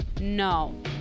No